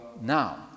now